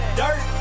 dirt